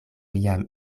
jam